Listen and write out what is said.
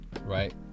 Right